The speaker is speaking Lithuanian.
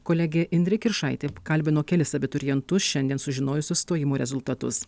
kolegė indrė kiršaitė kalbino kelis abiturientus šiandien sužinojusius stojimų rezultatus